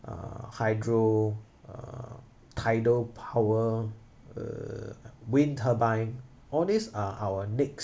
uh hydro uh tidal power err wind turbine all these are our next